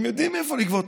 הם יודעים מאיפה לגבות,